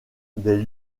des